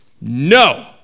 No